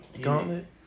gauntlet